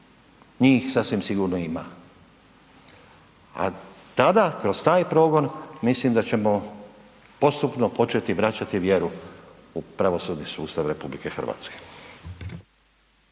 njih sasvim sigurno ima, a tada kroz taj progon mislim da ćemo postupno početi vraćati vjeru u pravosudni sustav RH.